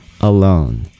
alone